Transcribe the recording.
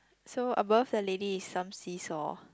so above the lady is some seesaw